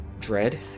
Dread